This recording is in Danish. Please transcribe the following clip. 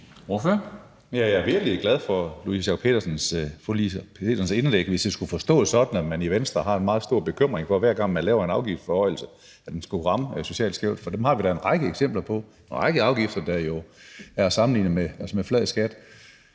Jeg er virkelig glad for fru Louise Schack Petersens indlæg, hvis jeg skulle forstå det sådan, at man i Venstre, hver gang man laver en afgiftsforhøjelse, har en meget stor bekymring for, at den skulle ramme socialt skævt. For dem har vi da en række eksempler på. Der er jo en række afgifter, der er at sammenligne med en flad skat.